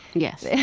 yes, yeah